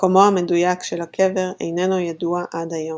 מקומו המדויק של הקבר איננו ידוע עד היום.